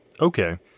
Okay